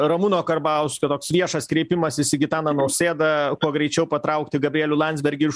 ramūno karbauskio toks viešas kreipimasis į gitaną nausėdą kuo greičiau patraukti gabrielių landsbergį iš užsienio